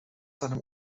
seinem